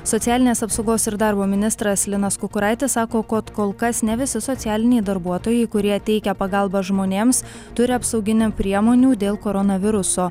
socialinės apsaugos ir darbo ministras linas kukuraitis sako kad kol kas ne visi socialiniai darbuotojai kurie teikia pagalbą žmonėms turi apsauginių priemonių dėl koronaviruso